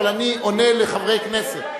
אבל אני עונה לחברי כנסת,